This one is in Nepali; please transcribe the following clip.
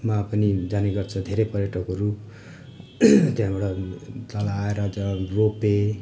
मा पनि जाने गर्छ धेरै पर्यटकहरू त्यहाँबाट तल आएर रोपवे